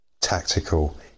tactical